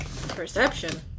Perception